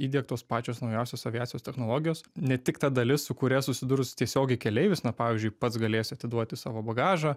įdiegtos pačios naujausios aviacijos technologijos ne tik ta dalis su kuria susidurs tiesiogiai keleivis na pavyzdžiui pats galės atiduoti savo bagažą